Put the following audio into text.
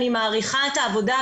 אני מעריכה את העבודה,